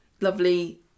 lovely